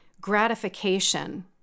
gratification